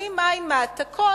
מעלימים עין מהעתקות,